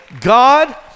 God